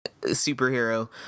superhero